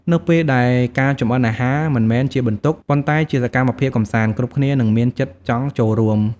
នៅពេលដែលការចម្អិនអាហារមិនមែនជាបន្ទុក ប៉ុន្តែជាសកម្មភាពកម្សាន្ត គ្រប់គ្នានឹងមានចិត្តចង់ចូលរួម ។